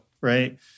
right